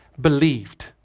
believed